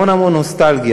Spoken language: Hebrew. המון המון נוסטלגיה.